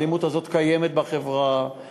האלימות הזאת קיימת בחברה,